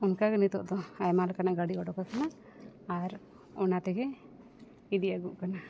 ᱚᱱᱠᱟᱜᱮ ᱱᱤᱛᱳᱜ ᱫᱚ ᱟᱭᱢᱟ ᱞᱮᱠᱟᱱᱟᱜ ᱜᱟᱹᱰᱤ ᱚᱰᱳᱠ ᱟᱠᱱᱟ ᱟᱨ ᱚᱱᱟᱛᱮᱜᱮ ᱤᱫᱤ ᱟᱹᱜᱩᱜ ᱠᱟᱱᱟ